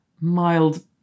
mild